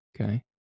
Okay